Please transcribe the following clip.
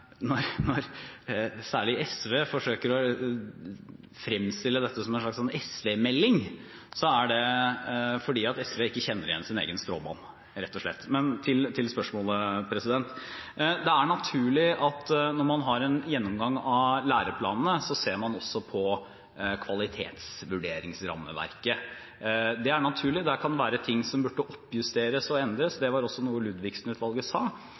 når særlig SV forsøker å fremstille dette som en slags SV-melding, er det fordi SV ikke kjenner igjen sin egen stråmann, rett og slett. Til spørsmålet: Det er naturlig at når man har en gjennomgang av læreplanene, ser man også på kvalitetsvurderingsrammeverket. Det er naturlig, der kan det være ting som burde oppjusteres og endres. Det var også noe Ludvigsen-utvalget sa.